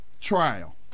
trial